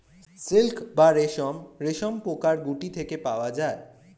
silk বা রেশম রেশমপোকার গুটি থেকে পাওয়া যায়